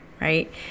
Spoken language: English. right